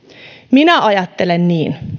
minä ajattelen niin